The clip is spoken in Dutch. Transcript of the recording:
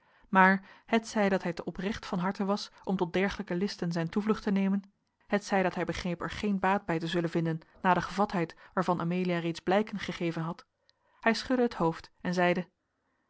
maar hetzij dat hij te oprecht van harte was om tot dergelijke listen zijn toevlucht te nemen hetzij dat hij begreep er geen baat bij te zullen vinden na de gevatheid waarvan amelia reeds blijken gegeven had hij schudde het hoofd en zeide